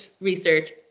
research